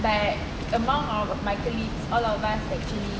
but among our my colleagues all of us actually